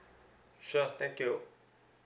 sure thank you